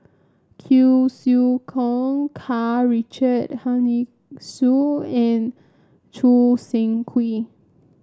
cure Siew Choh Karl Richard Hanitsch and Choo Seng Quee